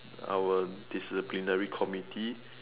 our disciplinary committee